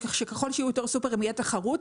שככל שיהיו יותר סופרים תהיה תחרות,